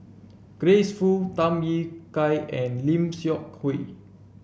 Grace Fu Tham Yui Kai and Lim Seok Hui